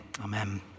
Amen